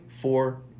four